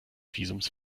visums